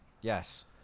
Yes